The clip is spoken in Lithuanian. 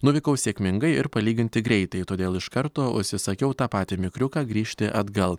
nuvykau sėkmingai ir palyginti greitai todėl iš karto užsisakiau tą patį mikriuką grįžti atgal